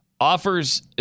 offers